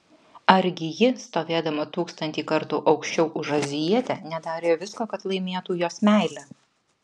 argi ji stovėdama tūkstantį kartų aukščiau už azijietę nedarė visko kad laimėtų jos meilę